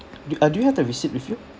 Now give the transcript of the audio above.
you uh do you have the receipt with you